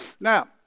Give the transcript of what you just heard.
now